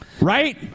Right